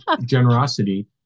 generosity